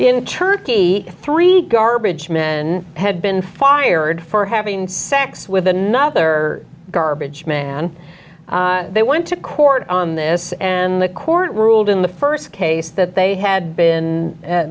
in turkey three garbage men had been fired for having sex with another garbage man they went to court on this and the court ruled in the first case that they had